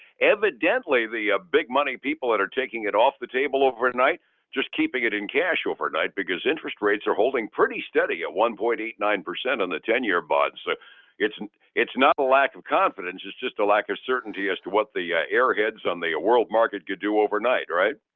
evidently the ah big money people that are taking it off the table overnight just keeping it in cash overnight, because interest rates are holding pretty steady at one point eight nine percent on the ten year bonds, so it's it's not a lack of confidence, it's just a lack of certainty as to what the airheads on the world market could do overnight, right?